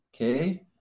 Okay